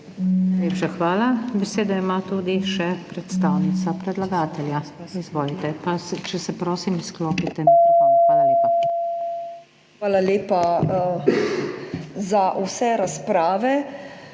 Hvala lepa za vse razprave.